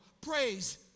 Praise